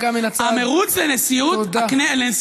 מה הוא אומר,